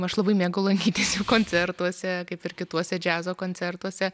aš labai mėgau lankytis jų koncertuose kaip ir kituose džiazo koncertuose